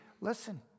listen